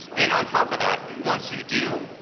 and on top of that, once you do,